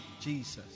Jesus